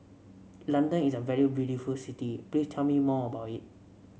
London is a very beautiful city please tell me more about it